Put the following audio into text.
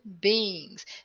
beings